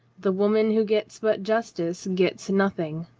the woman who gets but justice gets nothing,